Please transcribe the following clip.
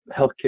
healthcare